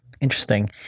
Interesting